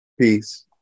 peace